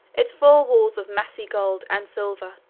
its four walls of massy gold and silver,